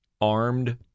armed